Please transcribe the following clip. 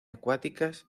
acuáticas